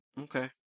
Okay